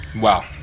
wow